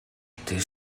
дээр